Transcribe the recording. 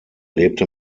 lebte